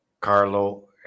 Carlo